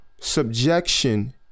subjection